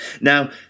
Now